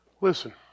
Listen